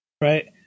right